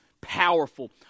powerful